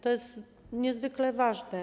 To jest niezwykle ważne.